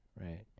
right